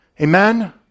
Amen